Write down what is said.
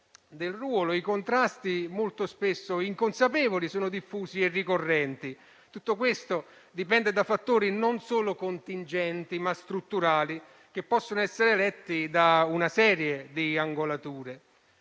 i contrasti molto spesso inconsapevoli sono diffusi e ricorrenti. Tutto questo dipende da fattori non solo contingenti, ma strutturali, che possono essere letti da una serie di angolature.